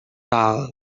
tal